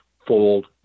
fold